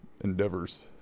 endeavors